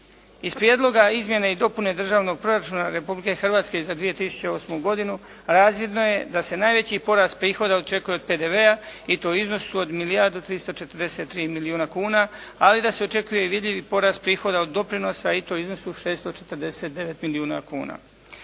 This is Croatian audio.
Iz prijedloga Izmjene i dopune Državnog proračuna Republike Hrvatske za 2008. godinu razvidno je da se najveći porast prihoda očekuje od PDV-a i to u iznosu od milijardu 343 milijuna kuna, ali da se očekuje i vidljivi porast prihoda od doprinosa i to u iznosu od 649 milijuna kuna.